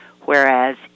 whereas